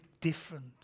different